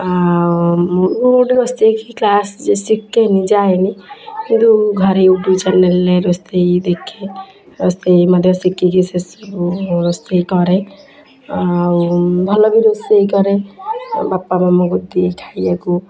ଆଉ ମୁଁ ଗୋଟେ ରୋଷେଇ କି କ୍ଲାସ୍ କି ଶିଖେନି ଯାଏନି କିନ୍ତୁ ଘରେ ୟୁଟ୍ୟୁବ୍ ଚ୍ୟାନେଲ୍ରେ ରୋଷେଇ ଦେଖେ ରୋଷେଇ ମୋତେ ଶିଖିକି ସେସବୁ ରୋଷେଇ କରେ ଆଉ ଭଲ ବି ରୋଷେଇ କରେ ଆଉ ବାପା ମାମାଙ୍କୁ ଦିଏ ଖାଇବାକୁ